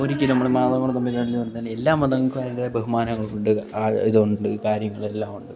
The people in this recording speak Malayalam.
ഒരിക്കലും നമ്മൾ മതങ്ങൾ തമ്മിലുള്ള എല്ലാ മതങ്ങൾക്കും അതിൻ്റേതായ ബഹുമാനമുണ്ട് ആ ഇതുണ്ട് കാര്യങ്ങളെല്ലാം ഉണ്ട്